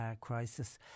crisis